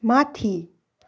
माथि